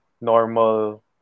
normal